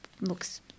looks